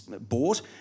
bought